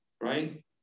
right